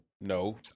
No